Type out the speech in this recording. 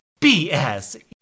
BS